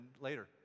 later